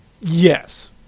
Yes